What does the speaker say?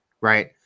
right